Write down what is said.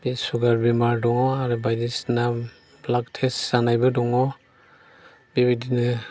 बे सुगार बेमार दङ आरो बायदिसिना ब्लाड टेस्ट जानायबो दङ बेबायदिनो